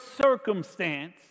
circumstance